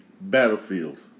Battlefield